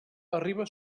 arriba